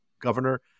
governor